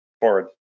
forward